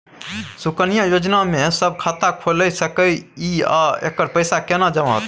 सुकन्या योजना म के सब खाता खोइल सके इ आ एकर पैसा केना जमा होतै?